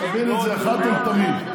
תבין את זה אחת ולתמיד.